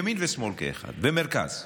ימין ושמאל ומרכז כאחד,